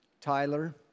Tyler